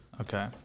Okay